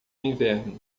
inverno